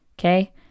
okay